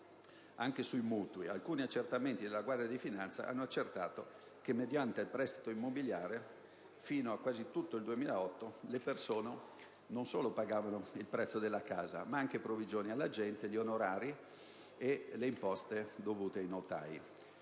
Anche sui mutui, alcuni accertamenti della Guardia di finanza hanno accertato che mediante il prestito immobiliare fino a quasi tutto il 2008 le persone non solo pagavano il prezzo della casa, ma anche le provvigioni all'agente immobiliare, gli onorari e le imposte dovute al notaio.